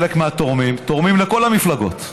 חלק מהתורמים תורמים לכל המפלגות.